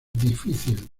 difícil